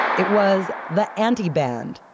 it was the anti-band,